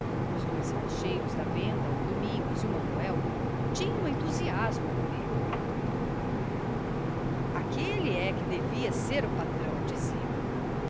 os dois caixeiros da venda o domingos e o manuel tinham entusiasmo por ele aquele é que devia ser o patrão diziam